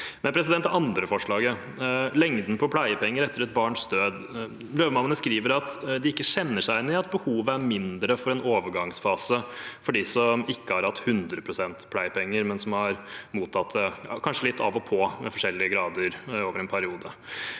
Det andre forslaget gjelder lengden på pleiepenger etter et barns død. Løvemammaene skriver at de ikke kjenner seg igjen i at behovet er mindre i en overgangsfase for dem som ikke har hatt 100 pst. pleiepenger, men som har mottatt det kanskje litt av og på, i forskjellig grad, over en periode.